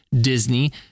Disney